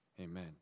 Amen